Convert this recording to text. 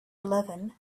eleven